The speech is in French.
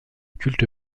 culte